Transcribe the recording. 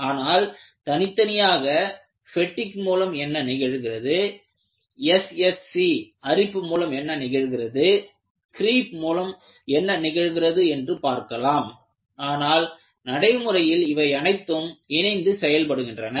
ஆனால் தனித்தனியாக பெட்டிக் மூலம் என்ன நிகழ்கிறது SSC அரிப்பு மூலம் என்ன நிகழ்கிறது கிரீப் மூலம் என்ன நிகழ்கிறது என்று பார்க்கலாம் ஆனால் நடைமுறையில் இவை அனைத்தும் இணைந்து செயல்படுகின்றன